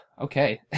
okay